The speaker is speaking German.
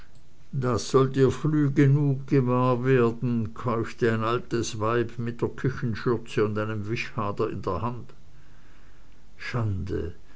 das sollt ihr früh genug gewahr werden keuchte ein altes weib mit der küchenschürze und einem wischhader in der hand schande